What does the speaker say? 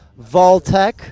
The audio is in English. Voltec